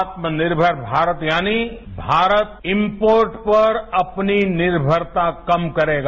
आत्मनिर्मर भारत यानीमारत इम्पोर्ट पर अपनी निर्मरता कम करेगा